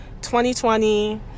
2020